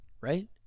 right